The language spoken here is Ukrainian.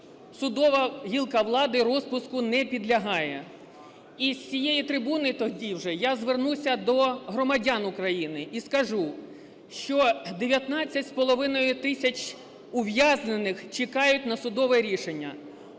судова гілка влади розпуску не підлягає. І з цієї трибуни тоді вже я звернуся до громадян України і скажу, що 19,5 тисяч ув'язнених чекають на судові рішення,